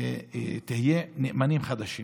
יהיו נאמנים חדשים,